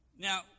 Now